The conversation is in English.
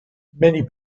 many